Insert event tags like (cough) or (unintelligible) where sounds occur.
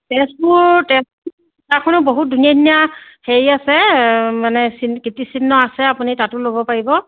তেজপুৰ তেজপুৰ (unintelligible) খনো বহুত ধুনীয়া ধুনীয়া হেৰি আছে মানে চিন কীৰ্তিচিহ্ন আছে আপুনি তাতো ল'ব পাৰিব